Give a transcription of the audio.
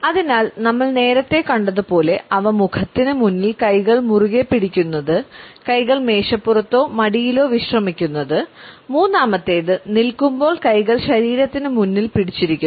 അതിനാൽ നമ്മൾ നേരത്തെ കണ്ടതുപോലെ അവ മുഖത്തിന് മുന്നിൽ കൈകൾ മുറുകെപ്പിടിക്കുന്നത് കൈകൾ മേശപ്പുറത്തോ മടിയിലോ വിശ്രമിക്കുന്നത് മൂന്നാമത്തേത് നിൽക്കുമ്പോൾ കൈകൾ ശരീരത്തിന് മുന്നിൽ പിടിച്ചിരിക്കുന്നത്